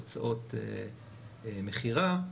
הוצאות מכירה,